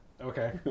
okay